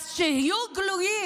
אז שיהיו גלויים.